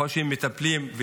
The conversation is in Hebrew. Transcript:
יכול להיות שהם מטפלים וטיפלו